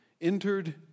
entered